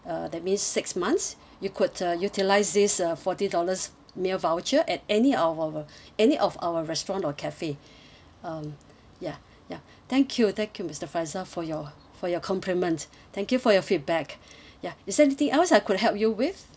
uh that means six months you could uh utilise this uh forty dollars meal voucher at any of our any of our restaurant or cafe um ya ya thank you thank you mister faisal for your for your compliment thank you for your feedback ya is there anything else I could help you with